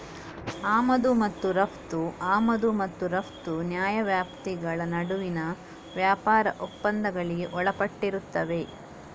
ಆಮದು ಮತ್ತು ರಫ್ತು ಆಮದು ಮತ್ತು ರಫ್ತು ನ್ಯಾಯವ್ಯಾಪ್ತಿಗಳ ನಡುವಿನ ವ್ಯಾಪಾರ ಒಪ್ಪಂದಗಳಿಗೆ ಒಳಪಟ್ಟಿರುತ್ತದೆ